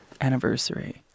anniversary